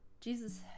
Jesus